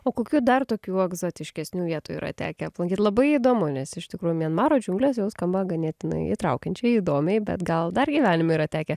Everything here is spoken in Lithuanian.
o kokių dar tokių egzotiškesnių vietų yra tekę aplankyt labai įdomu nes iš tikrųjų mianmaro džiunglės jau skamba ganėtinai įtraukiančiai įdomiai bet gal dar gyvenime yra tekę